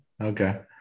okay